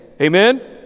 Amen